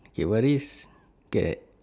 okay what is scare